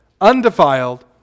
undefiled